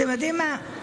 אתם יודעים מה?